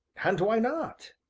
and why not?